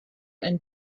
and